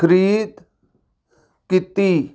ਖਰੀਦ ਕੀਤੀ